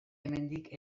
hemendik